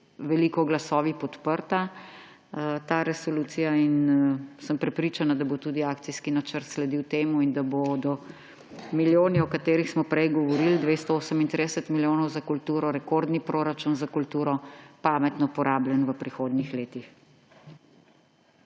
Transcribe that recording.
veliko glasovi podprta ta resolucija, in sem prepričana, da bo tudi akcijski načrt sledil temu in da bodo milijoni, o katerih smo prej govorili, 238 milijonov za kulturo, rekordni proračun za kulturo pametno porabljen v prihodnjih letih.